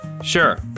Sure